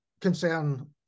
concern